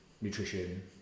nutrition